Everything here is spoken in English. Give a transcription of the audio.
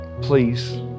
Please